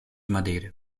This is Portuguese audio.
madeira